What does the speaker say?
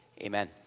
Amen